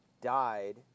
died